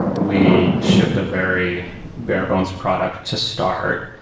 we shipped a very bare-bones product to start.